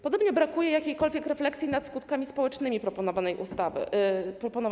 Podobnie brakuje jakiejkolwiek refleksji nad skutkami społecznymi proponowanej ustawy.